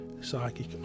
psychic